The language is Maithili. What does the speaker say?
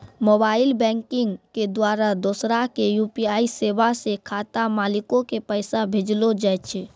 मोबाइल बैंकिग के द्वारा दोसरा के यू.पी.आई सेबा से खाता मालिको के पैसा भेजलो जाय छै